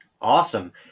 Awesome